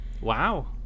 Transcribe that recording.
Wow